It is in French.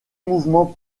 mouvement